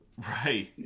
right